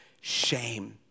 shame